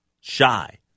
shy